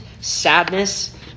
sadness